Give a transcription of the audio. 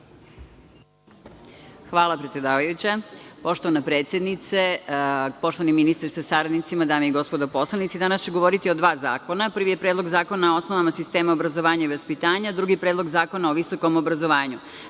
Hvala predsedavajuća. Poštovana predsednice, poštovani ministre sa saradnicima, dame i gospodo narodni poslanici, danas ću govoriti o dva zakona. Prvi je Predlog zakona o osnovama sistema obrazovanja i vaspitanja, drugi je Predlog zakona o visokom obrazovanju. Naime,